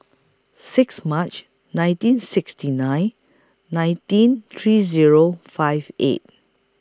six March nineteen sixty nine nineteen three Zero five eight